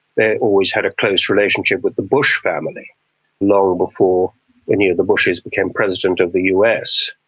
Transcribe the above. they always had a close relationship with the bush family long before any of the bushs became president of the us.